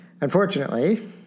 Unfortunately